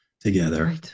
together